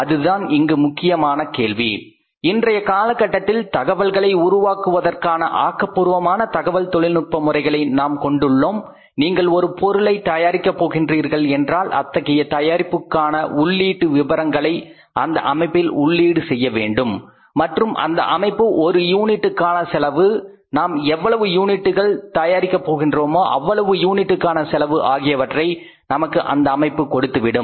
அதுதான் இங்கு முக்கியமான கேள்வி இன்றைய காலகட்டத்தில் தகவல்களை உருவாக்குவதற்கான ஆக்கபூர்வமான தகவல் தொழில்நுட்ப முறைகளை நாம் கொண்டுள்ளோம் நீங்கள் ஒரு பொருளை தயாரிக்க போகின்றீர்கள் என்றால் அத்தகைய தயாரிப்புக்கான உள்ளீட்டு விபரங்களை அந்த அமைப்பில் உள்ளீடு செய்ய வேண்டும் மற்றும் அந்த அமைப்பு ஒரு யூனிட்டுக்கான செலவு நாம் எவ்வளவு யூனிட்டுகள் தயாரிக்க போகிறோமோ அவ்வளவு யூனிட்டுக்கான செலவு ஆகியவற்றை நமக்கு அந்த அமைப்பு கொடுத்துவிடும்